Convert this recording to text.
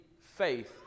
faith